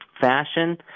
fashion